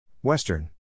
Western